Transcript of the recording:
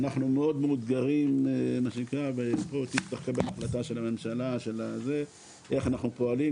ואנחנו מאוד מאותגרים וצריך לקבל החלטה של הממשלה איך אנחנו פועלים,